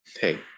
hey